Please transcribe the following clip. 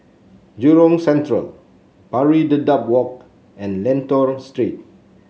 Jurong Central Pari Dedap Walk and Lentor Street